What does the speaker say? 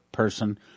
person